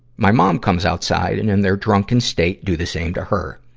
my mom comes outside and in their drunken state do the same to her.